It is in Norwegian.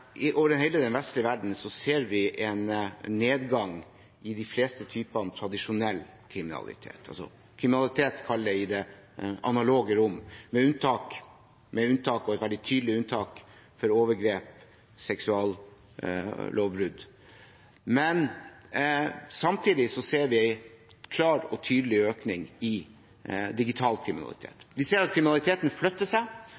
over hele den vestlige verden ser vi en nedgang i de fleste typene tradisjonell kriminalitet – kall det kriminalitet i det analoge rom – med et veldig tydelig unntak for overgrep, seksuallovbrudd. Samtidig ser vi en klar og tydelig økning i digital kriminalitet. Vi ser at kriminaliteten flytter seg